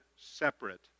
separate